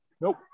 nope